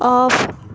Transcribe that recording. off